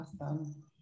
Awesome